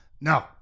No